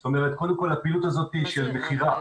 זאת אומרת קודם כל הפעילות הזאת היא של מכירה.